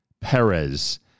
Perez